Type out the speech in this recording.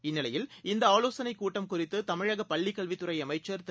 இந்நிலையில் இந்தஆலோசனைகூட்டம் குறித்துதமிழகபள்ளிக்கல்வித்துறைஅமைச்சர் திரு